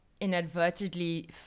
inadvertently